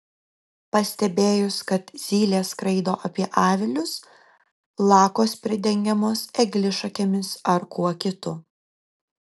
pastebėjus kad zylės skraido apie avilius lakos pridengiamos eglišakėmis ar kuo kitu